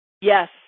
Yes